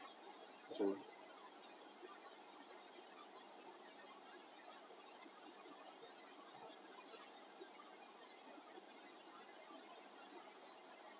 okay